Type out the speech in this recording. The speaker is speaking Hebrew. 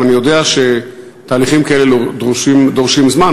אני יודע שתהליכים כאלה דורשים זמן,